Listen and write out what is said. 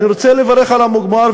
אני רוצה לברך על המוגמר